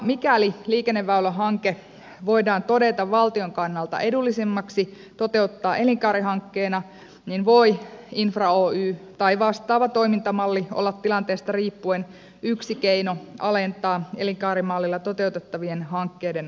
mikäli liikenneväylähanke voidaan todeta valtion kannalta edullisimmaksi toteuttaa elinkaarihankkeena niin infra oy tai vastaava toimintamalli voi olla tilanteesta riippuen yksi keino alentaa elinkaarimallilla toteutettavien hankkeiden rahoituskustannuksia